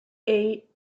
eight